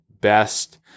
best